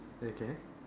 okay